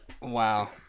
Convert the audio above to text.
Wow